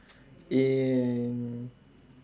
in